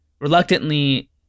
reluctantly